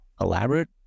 elaborate